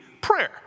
prayer